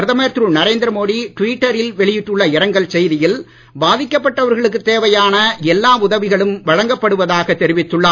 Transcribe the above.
பிரதமர் திரு நரேந்திர மோடி டுவிட்டரில் வெளியிட்டுள்ள இரங்கல் செய்தியில் பாதிக்கப்பட்டவர்களுக்கு தேவையான எல்லா உதவிகளும் வழங்கப்படுவதாக தெரிவித்துள்ளார்